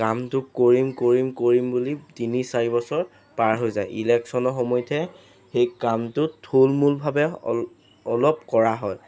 কামটো কৰিম কৰিম কৰিম বুলি তিনি চাৰি বছৰ পাৰ হৈ যায় ইলেকশ্যনৰ সময়তহে সেই কামটোত থুলমূলভাৱে অলপ কৰা হয়